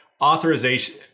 authorization